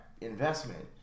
investment